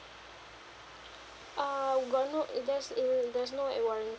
uh got no it there's a there's no a warranty